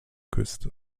küste